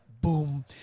boom